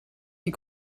die